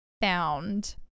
found